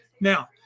Now